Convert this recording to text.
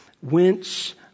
Whence